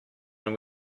when